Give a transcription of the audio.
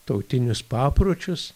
tautinius papročius